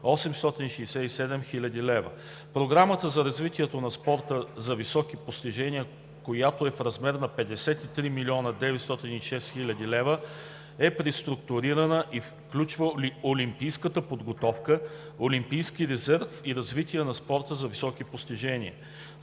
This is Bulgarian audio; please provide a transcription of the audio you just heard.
867 хил. лв. Програмата за развитие на спорта за високи постижения, която е в размер на 53 млн. 906 хил. лв., е преструктурирана и включва олимпийската подготовка, олимпийския резерв и развитие на спорта за високи постижения.